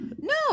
no